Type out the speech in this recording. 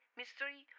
mystery